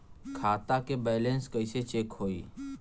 खता के बैलेंस कइसे चेक होई?